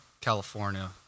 California